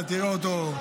אתה תראה אותו,